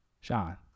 Sean